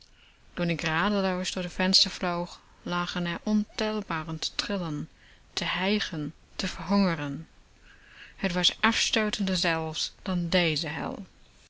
toen k radeloos door het venster vloog lagen er ontelbaren te trillen te hijgen te verhongeren t was afstootender zelfs dan déze hel